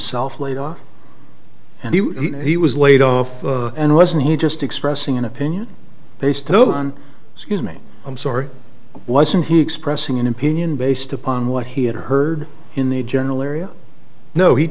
himself laid off and he was laid off and wasn't he just expressing an opinion based on excuse me i'm sorry wasn't he expressing an opinion based upon what he had heard in the general area no he